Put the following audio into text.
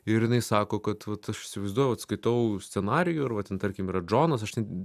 ir jinai sako kad vat aš įsivaizduoju vat skaitau scenarijų ir va ten tarkim yra džonas aš ten